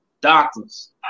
doctors